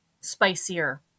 spicier